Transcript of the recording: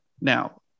Now